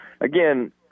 again